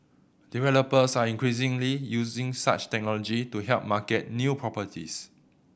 developers are increasingly using such technology to help market new properties